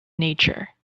nature